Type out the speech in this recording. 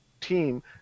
team